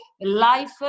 life